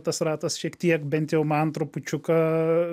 tas ratas šiek tiek bent jau man trupučiuką